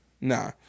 nah